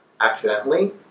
accidentally